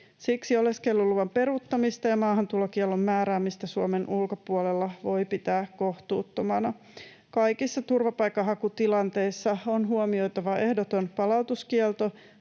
Siksi oleskeluluvan peruuttamista ja maahantulokiellon määräämistä Suomen ulkopuolella voi pitää kohtuuttomana. Kaikissa turvapaikanhakutilanteissa on huomioitava ehdoton palautuskielto.